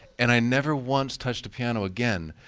and i never once touched the piano again,